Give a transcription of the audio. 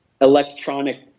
electronic